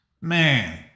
Man